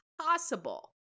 possible